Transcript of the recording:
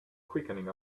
quickening